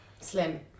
Slim